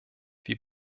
wir